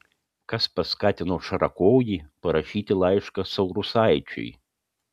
kas paskatino šarakojį parašyti laišką saurusaičiui